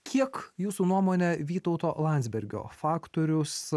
kiek jūsų nuomone vytauto landsbergio faktorius